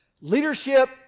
Leadership